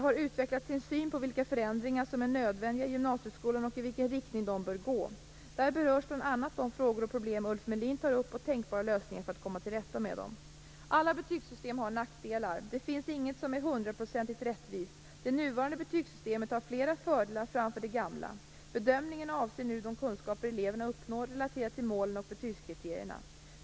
1996/97:112, Utvecklingsplan för förskola, skola och vuxenutbildning - Kvalitet och likvärdighet) har uttalat sin syn på vilka förändringar som är nödvändiga i gymnasieskolan och i vilken riktning de bör gå. Där berörs bl.a. de frågor och problem Ulf Melin tar upp och tänkbara lösningar för att komma till rätta med dem. Alla betygsystem har nackdelar. Det finns inget som är hundraprocentigt rättvist. Det nuvarande betygsystemet har flera fördelar framför det gamla. Bedömningen avser nu de kunskaper eleverna uppnår, relaterat till målen och betygskriterierna.